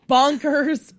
Bonkers